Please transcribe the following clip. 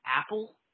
Apple